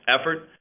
effort